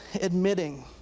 admitting